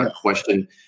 Question